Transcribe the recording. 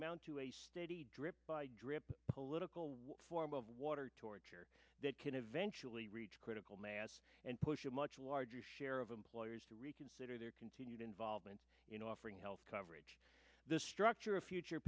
amount to a steady drip by drip political will form of water torture that can eventually reach critical mass and push a much larger share of employers to reconsider their continued involvement in offering health coverage the structure of future